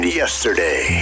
yesterday